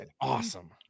awesome